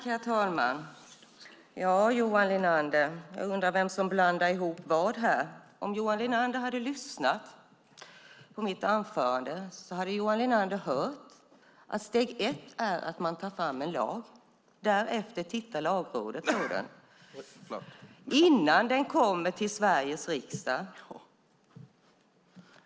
Herr talman! Johan Linander, jag undrar vem som blandar ihop vad här. Om Johan Linander hade lyssnat på mitt anförande hade han hört att steg ett är att man tar fram en lag. Därefter tittar Lagrådet på den innan den kommer till Sveriges riksdag.